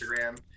Instagram